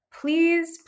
please